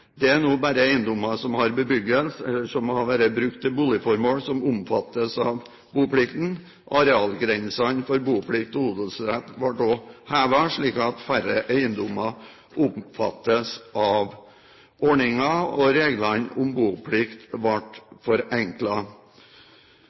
Det er nå bare eiendommer som har bebyggelse som er eller har vært brukt til boligformål, som omfattes av boplikten. Arealgrensen for boplikt og odelsrett ble da hevet, slik at færre eiendommer omfattes av ordningen, og reglene om boplikt ble